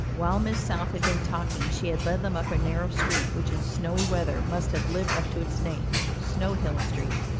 while miss south had been talking she had led them up a narrow street which in snowy weather must have lived up to its name snowhill street.